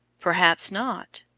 perhaps not.